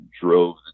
drove